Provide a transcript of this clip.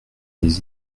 les